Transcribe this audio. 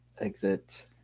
exit